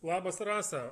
labas rasa